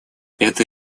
эта